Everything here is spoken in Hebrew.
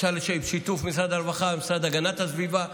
אפשר בשיתוף משרד הרווחה והמשרד להגנת הסביבה,